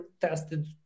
tested